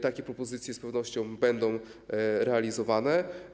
Takie propozycje z pewnością będą realizowane.